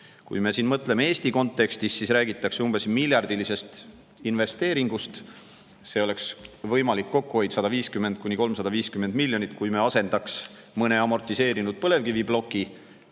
Kui me mõtleme Eesti kontekstis, siin räägitakse umbes miljardilisest investeeringust, siis võimalik kokkuhoid oleks 150–350 miljonit, kui me asendaks mõne amortiseerunud põlevkiviploki.